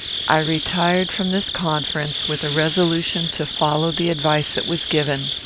i retired from this conference with a resolution to follow the advice that was given.